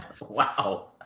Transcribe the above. Wow